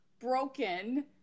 broken